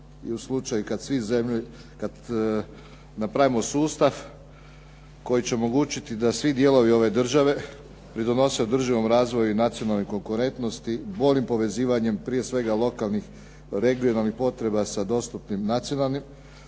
i u slučaju kad napravimo sustav koji će omogućiti da svi dijelovi ove države pridonose održivom razvoju i nacionalnoj konkurentnosti, boljim povezivanjem, prije svega lokalnih, regionalnih potreba sa dostupnim nacionalnim